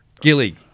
Gilly